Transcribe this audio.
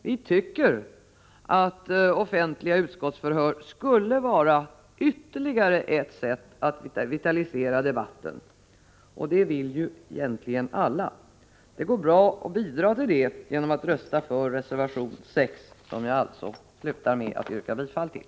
Vi tycker att offentliga utskottsförhör skulle vara ytterligare ett sätt att vitalisera debatten — och det vill ju egentligen alla. Det går bra att bidra till det genom att rösta för reservation 6, som jag alltså slutar med att yrka bifall till.